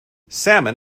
salmon